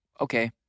Okay